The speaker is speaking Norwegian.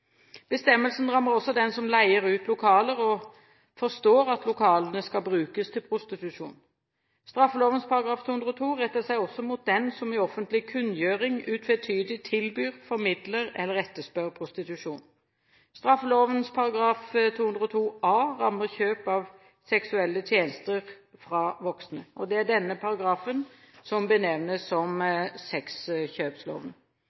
bestemmelsen. Bestemmelsen rammer også den som leier ut lokaler og forstår at lokalene skal brukes til prostitusjon. Straffeloven § 202 retter seg også mot den som i offentlig kunngjøring utvetydig tilbyr, formidler eller etterspør prostitusjon. Straffeloven § 202 a rammer kjøp av seksuelle tjenester fra voksne. Det er denne paragrafen som benevnes som